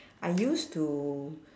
I used to